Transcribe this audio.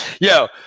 Yo